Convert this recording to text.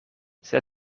sed